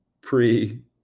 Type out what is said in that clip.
pre